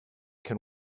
can